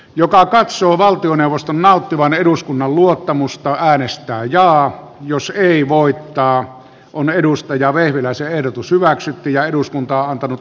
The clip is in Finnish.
joka katsoo valtioneuvoston nauttivan eduskunnan luottamusta äänestää jaa jos ei voittaa on anu vehviläisen ehdotus hyväksyttyjä eduskuntaa antanut